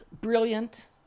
brilliant